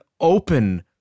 open